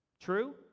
True